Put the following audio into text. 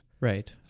Right